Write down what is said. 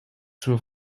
свой